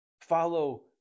Follow